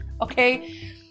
Okay